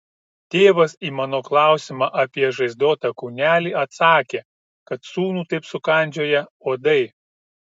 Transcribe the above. tėvas į mano klausimą apie žaizdotą kūnelį atsakė kad sūnų taip sukandžioję uodai